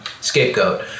scapegoat